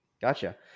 Gotcha